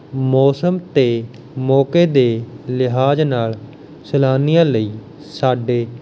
ਮੌਸਮ ਅਤੇ ਮੌਕੇ ਦੇ ਲਿਹਾਜ ਨਾਲ ਸੈਲਾਨੀਆਂ ਲਈ ਸਾਡੇ